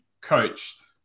coached